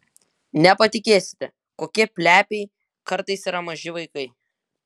nepatikėsite kokie plepiai kartais yra maži vaikai